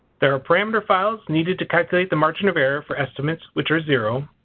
there are parameter files needed to calculate the margin of error for estimates which are zero,